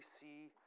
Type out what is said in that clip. see